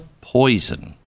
poison